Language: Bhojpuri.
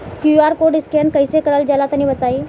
क्यू.आर कोड स्कैन कैसे क़रल जला तनि बताई?